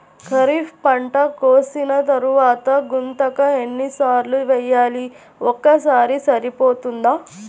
ఖరీఫ్ పంట కోసిన తరువాత గుంతక ఎన్ని సార్లు వేయాలి? ఒక్కసారి సరిపోతుందా?